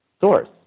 source